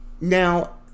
Now